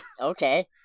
Okay